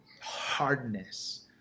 hardness